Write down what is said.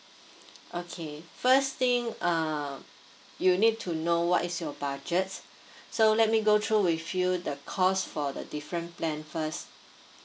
okay first thing uh you need to know what is your budget so let me go through with you the cost for the different plan first